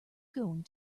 going